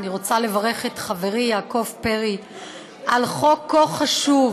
אני רוצה לברך את חברי יעקב פרי על חוק כה חשוב.